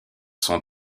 son